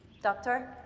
doctor,